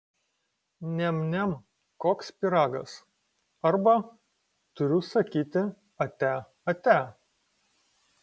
niam niam koks pyragas arba turiu sakyti ate ate